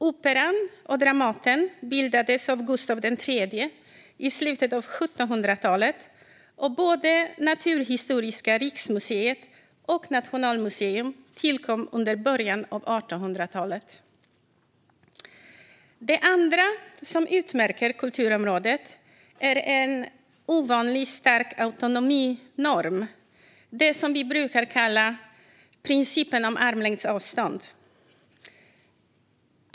Operan och Dramaten bildades av Gustav III i slutet av 1700-talet, och både Naturhistoriska riksmuseet och Nationalmuseum tillkom under början av 1800-talet. Det andra som utmärker kulturområdet är en ovanligt stark autonominorm, det som vi brukar kalla principen om armlängds avstånd.